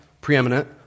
preeminent